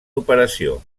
operació